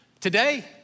today